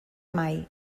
mai